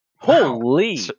Holy